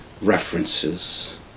references